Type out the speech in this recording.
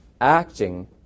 acting